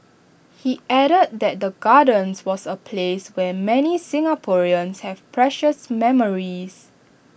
he added that the gardens was A place where many Singaporeans have precious memories